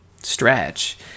stretch